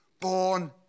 born